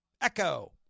Echo